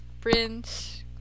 prince